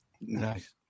Nice